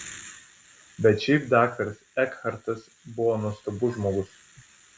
bet šiaip daktaras ekhartas buvo nuostabus žmogus